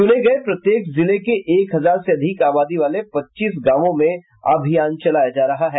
चुने गए प्रत्येक जिल के एक हजार से अधिक आबादी वाले पच्चीस गांवों में अभियान चलाया जा रहा है